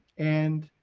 and